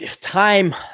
time